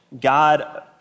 God